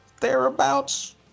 thereabouts